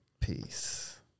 peace